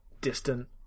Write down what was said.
distant